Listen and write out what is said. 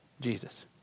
Jesus